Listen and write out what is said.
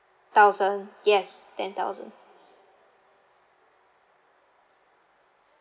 thousand yes ten thousand